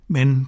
Men